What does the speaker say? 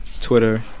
Twitter